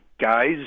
Guys